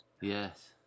Yes